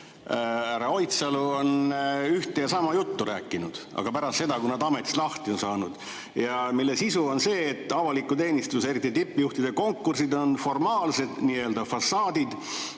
Oidsalu, ühte ja sama juttu rääkinud, aga pärast seda, kui nad ametist lahti on saanud. Selle sisu on see, et avaliku teenistuse, eriti tippjuhtide konkursid on formaalsed, nii-öelda fassaadid,